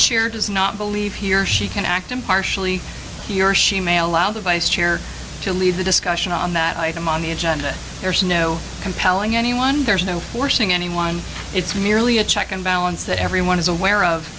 chair does not believe he or she can act impartially he or she may allow the vice chair to leave the discussion on that item on the agenda there's no compelling anyone there's no forcing anyone it's merely a check and balance that everyone is aware of